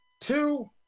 two